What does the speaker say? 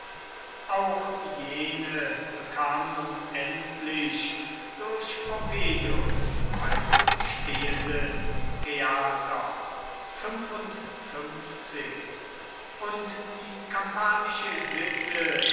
auch jene bekam nun endlich durch pompeius ein stehendes theater und die kampanische sitte